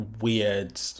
weird